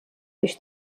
biex